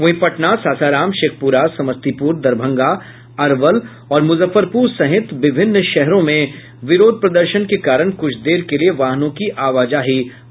वहीं पटना सासाराम शेखपुरा समस्तीपुर दरभंगा अरवल और मुजफ्फरपुर सहित विभिन्न शहरों में विरोध प्रदर्शन के कारण कुछ देर के लिए वाहनों की आवाजाही बाधित रही